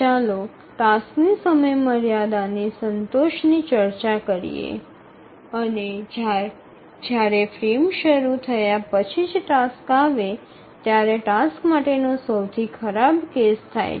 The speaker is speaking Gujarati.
ચાલો ટાસ્કની સમયમર્યાદાની સંતોષની ચર્ચા કરીએ અને જ્યારે ફ્રેમ શરૂ થયા પછી જ ટાસ્ક આવે ત્યારે ટાસ્ક માટેનો સૌથી ખરાબ કેસ થાય છે